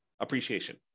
appreciation